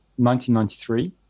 1993